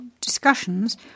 discussions